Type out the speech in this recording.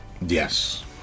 Yes